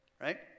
right